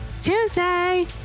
Tuesday